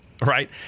right